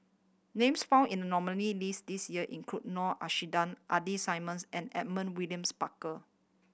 names found in nominee list this year include Noor Aishah Ida Simmons and Edmund Williams Barker